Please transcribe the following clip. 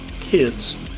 kids